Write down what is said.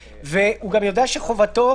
אני לא חושב שגם צריך,